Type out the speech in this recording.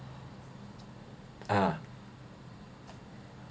ah